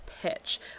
pitch